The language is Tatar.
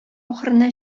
ахырына